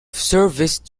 serviced